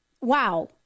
Wow